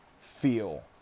feel